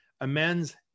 amends